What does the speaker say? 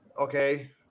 Okay